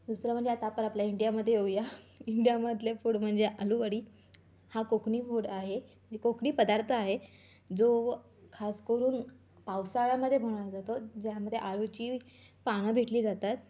दुसरं म्हणजे आता आपण आपल्या इंडियामध्ये येऊया इंडियामधले फूड म्हणजे अलूवडी हा कोकणी फूड आहे कोकणी पदार्थ आहे जो खासकरून पावसाळ्यामध्ये बनवला जातो ज्यामध्ये अळूची पानं भेटली जातात